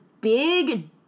big